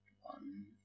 one